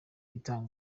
itanga